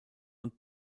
und